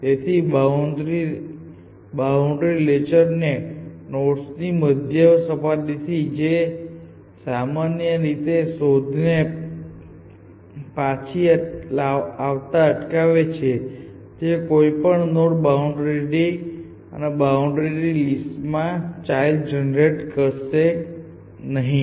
તેથી તે boundary layer નોડ્સની મધ્યમ સપાટી છે જે સામાન્ય રીતે શોધને પાછી આવતા અટકાવે છે જેથી કોઈ પણ નોડ બાઉન્ડ્રી અને બાઉન્ડ્રી લિસ્ટમાંમાંથી ચાઈલ્ડ જનરેટ કરશે નહીં